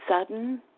sudden